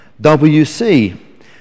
WC